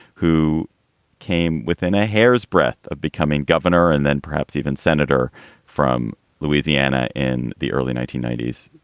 who came within a hair's breadth of becoming governor and then perhaps even senator from louisiana in the early nineteen ninety s.